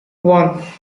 one